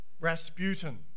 Rasputin